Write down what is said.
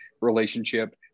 relationship